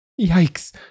Yikes